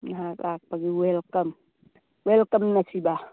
ꯅꯍꯥꯛ ꯂꯥꯛꯄꯒꯤ ꯋꯦꯜꯀꯝ ꯋꯦꯜꯀꯝꯅ ꯁꯤꯗ